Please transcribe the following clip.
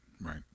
right